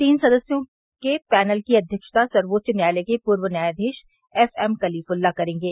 तीन सदस्यों के पैनल की अध्यक्षता सर्वोच्च न्यायालय के पूर्व न्यायाधीश एफ एम कलीफल्ला करेंगे